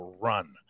run